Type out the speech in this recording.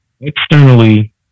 Externally